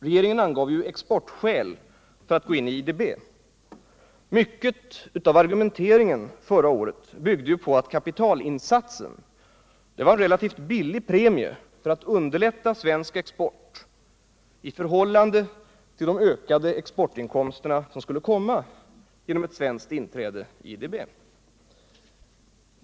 Regeringen angav exportskäl för att gå in i IDB. Mycket av argumenteringen förra året byggde på att kapitalinsatsen var en relativt billig premie för att underlätta svensk export i förhållande till de ökade exportinkomster som skulle komma genom ett svenskt inträde i IDB.